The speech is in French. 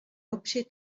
objet